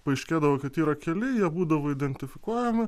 paaiškėdavo kad yra keli jie būdavo identifikuojami